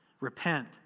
Repent